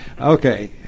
Okay